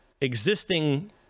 existing